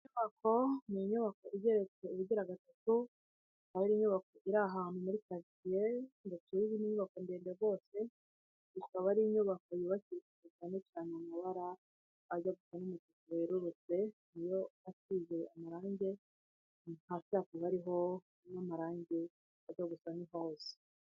Iyi nyubako ni inyubako igeretse ubugira gatatu, aho iyi nyubako iri ahantu muri karitsiye, karotsiye irimo inyubako ndende rwose, ikaba ari inyubako yubakishije cyane cyane amabara ajya gusa n'umutuku yerurutse, niyo isize amarange, hasi hakaba hariho n'amarangi ajya gusa nk'iroze.